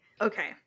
okay